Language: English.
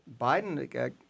Biden